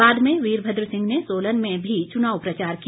बाद में वीरभद्र सिंह ने सोलन में भी चुनाव प्रचार किया